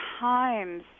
times